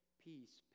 peace